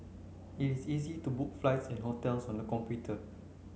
it is easy to book flights and hotels on the computer